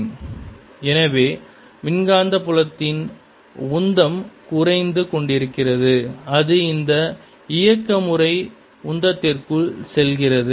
Net force0dσdKdtddt எனவே மின்காந்த புலத்தின் உந்தம் குறைந்து கொண்டிருக்கிறது அது இந்த இயக்க முறை உந்தத்திற்குள் செல்கிறது